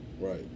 Right